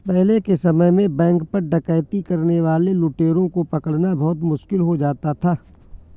पहले के समय में बैंक पर डकैती करने वाले लुटेरों को पकड़ना बहुत मुश्किल हो जाता था